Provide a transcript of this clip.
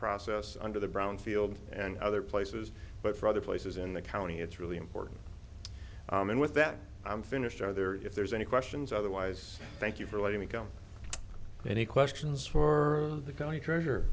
process under the brownfield and other places but for other places in the county it's really important and with that i'm finished are there if there's any questions otherwise thank you for letting me come any questions for the county treasure